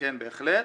כן, בהחלט.